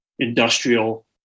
Industrial